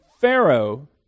Pharaoh